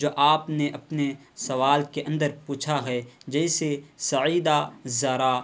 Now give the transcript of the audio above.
جو آپ نے اپنے سوال کے اندر پوچھا ہے جیسے سعیدہ زارا